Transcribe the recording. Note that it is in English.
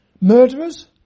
Murderers